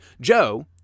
Joe